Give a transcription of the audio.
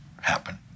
happen